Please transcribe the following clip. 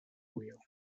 wheel